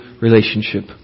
relationship